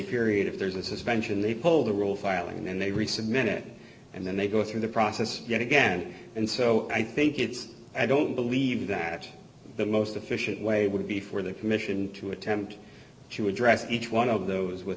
period if there's a suspension they pull the world file and then they resubmit and then they go through the process yet again and so i think it's i don't believe that the most efficient way would be for the commission to attempt to address each one of those with